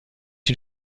den